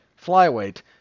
flyweight